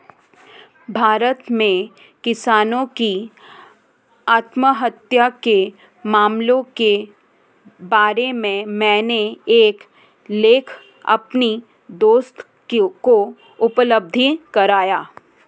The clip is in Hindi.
भारत में किसानों की आत्महत्या के मामलों के बारे में मैंने एक लेख अपने दोस्त को उपलब्ध करवाया